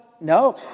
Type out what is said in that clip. no